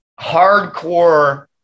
hardcore